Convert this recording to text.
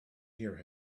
hear